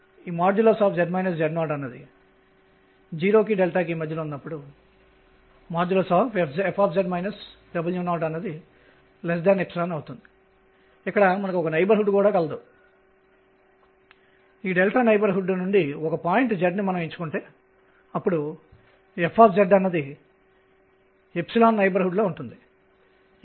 దీనిని మనము 1D లో x 0 మరియు x L కి పరిమితమై x అక్షం వెంబడి కదులుతున్న ఒక కణానికి కూడా మనము వర్తింపజేసాము మరియు En n2h28mL2 అని కనుగొన్నాము